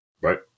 Right